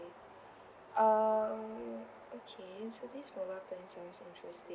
err okay so these mobile plans sounds interesting